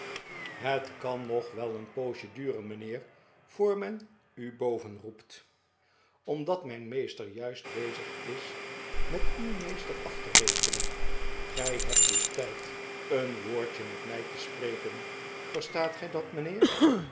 het kan nog wel een poosje duren mijnheer voor men u boven roept omdat mijn meester juist bezig is met uw meester af te rekenen gij hebt dus tijd een woordje met mij te spreken verstaat gij dat mijnheer